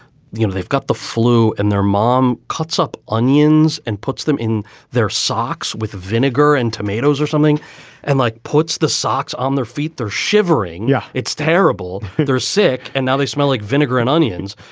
you know, they've got the flu and their mom cuts up onions and puts them in their socks with vinegar and tomatoes or something and like puts the socks on their feet. they're shivering. yeah, it's terrible. they're sick. and now they smell like vinegar and onions.